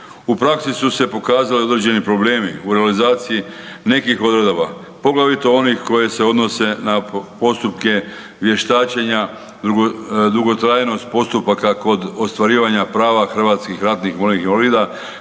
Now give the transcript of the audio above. U praksi su se pokazali određeni problem i u realizaciji nekih odredaba poglavito onih koje se odnose na postupka vještačenja, dugotrajnost postupaka kod ostvarivanja prava HRVI-a, rješavanju